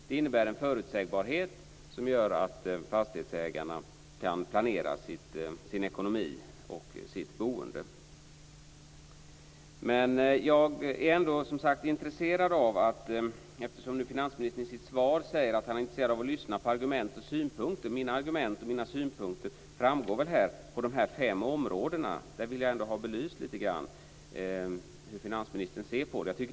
Det innebär en förutsägbarhet, så att fastighetsägarna kan planera sin ekonomi och sitt boende. Finansministern säger i sitt svar att han är intresserad av att lyssna på argument och synpunkter. Mina argument och synpunkter på de fem områden jag har nämnt framgår. Jag vill ha belyst hur finansministern ser på dem.